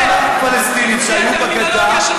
אותם פלסטינים שהיו בגדה,